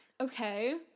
okay